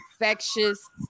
infectious